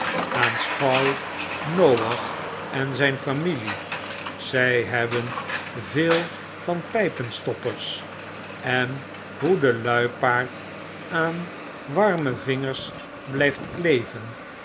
aanschouw noach en zp familie zy hebben veel van pypehstoppers en hoe de luipaard aan warme vingers blyft kleven